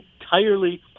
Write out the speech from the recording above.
entirely